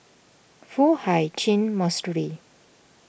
Foo Hai Ch'an Monastery